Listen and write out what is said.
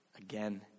again